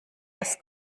das